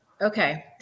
okay